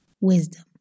Wisdom